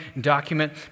document